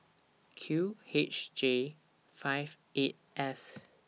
Q H J five eight S